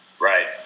Right